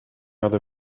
other